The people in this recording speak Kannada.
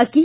ಅಕ್ಕಿ